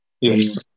Yes